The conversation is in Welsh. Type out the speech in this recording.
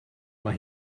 mae